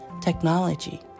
technology